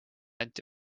anti